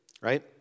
right